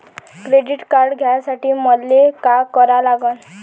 Credit card घ्यासाठी मले का करा लागन?